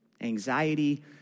anxiety